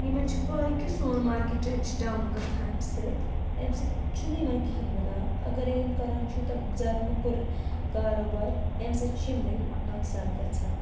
یِمَن چھِ پاے کہ سون ماکیٹ ریٹ چھِ ڈاوُن گژھان اَمہِ سۭتۍ اَمہِ سۭتۍ چھُنہٕ یِمَن کِہینۍ مِلان اگرَے یِم کَران چھُ یوٗتاہ زیادٕ موٚکُر کاروبار اَمہِ سۭتۍ چھِ یِمنٕے نۄقصان گژھان